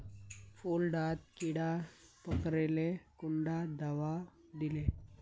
फुल डात कीड़ा पकरिले कुंडा दाबा दीले?